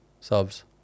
Subs